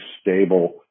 stable